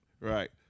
right